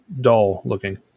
dull-looking